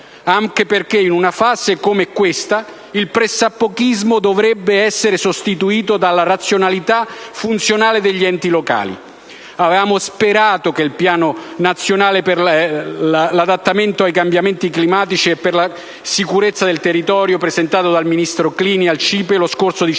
stessa. In una fase come questa il pressapochismo dovrebbe essere sostituito dalla razionalità funzionale degli enti locali. Avevamo sperato che con il piano nazionale per l'adattamento ai cambiamenti climatici e la sicurezza del territorio, presentato dal ministro Clini al CIPE lo scorso dicembre,